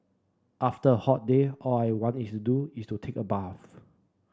after a hot day all I want to do is take a bath